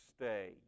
stay